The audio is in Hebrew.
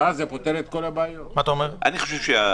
ההצעה שמונחת כאן